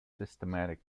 systematic